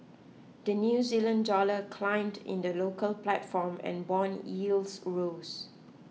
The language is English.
the New Zealand Dollar climbed in the local platform and bond yields rose